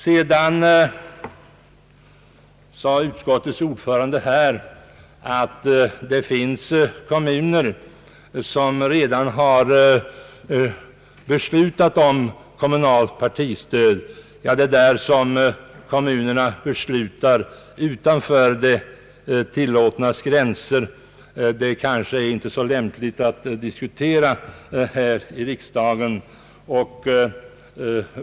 Vidare sade utskottets ordförande att det finns kommuner som redan har beslutat om kommunalt partistöd. Men det kanske inte är så lämpligt att här i riksdagen diskutera vad kommunerna beslutar utanför det tillåtnas gränser.